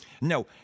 No